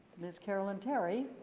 miss carolyn terry